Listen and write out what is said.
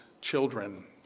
children